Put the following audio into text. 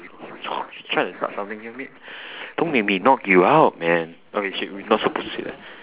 you you trying to start something here mate don't make me knock you out man okay shit we are not supposed to say that